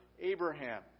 Abraham